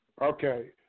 Okay